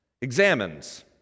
examines